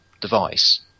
device